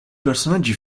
personaggi